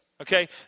Okay